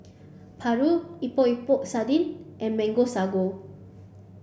Paru Epok Epok Sardin and mango Sago